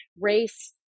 race